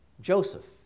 Joseph